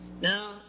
Now